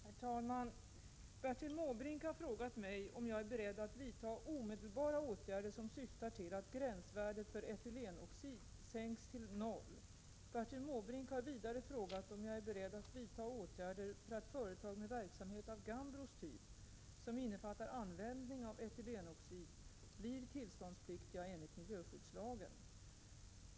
Herr talman! Bertil Måbrink har frågat mig om jag är beredd att vidta omedelbara åtgärder som syftar till att gränsvärdet för etylenoxid sänks till noll. Bertil Måbrink har vidare frågat om jag är beredd att vidta åtgärder för att företag med verksamhet av Gambros typ — som innefattar användning av etylenoxid — blir tillståndspliktiga enligt miljöskyddslagen.